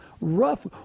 rough